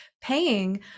paying